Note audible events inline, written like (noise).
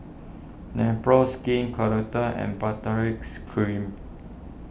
Nepro Skin (unintelligible) and Baritex Cream